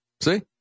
See